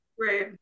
Right